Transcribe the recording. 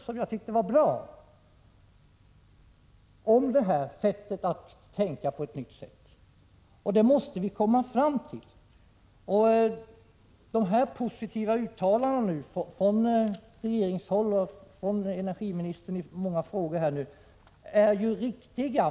Det var en bra artikel, om att tänka på ett nytt sätt, och det måste vi komma fram till. De positiva uttalandena från regeringshåll och från energiministern i många frågor är riktiga.